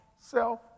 self